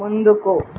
ముందుకు